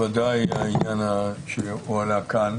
בוודאי העניין שהועלה כאן.